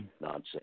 Nonsense